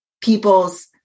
people's